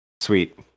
Sweet